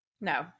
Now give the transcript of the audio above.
No